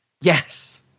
Yes